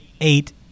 eight